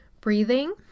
breathing